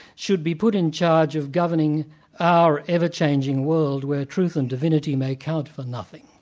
should be put in charge of governing our ever-changing world where truth and divinity may count for nothing.